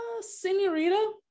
Senorita